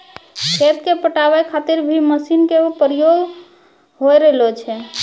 खेत क पटावै खातिर भी मसीन केरो प्रयोग होय रहलो छै